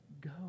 go